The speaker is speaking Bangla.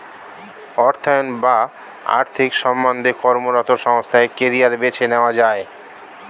অর্থায়ন বা আর্থিক সম্বন্ধে কর্মরত সংস্থায় কেরিয়ার বেছে নেওয়া যায়